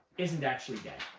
isn't actually dead.